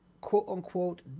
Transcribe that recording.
quote-unquote